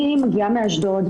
אני מגיעה מאשדוד,